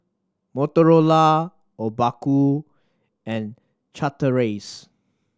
Motorola Obaku and Chateraise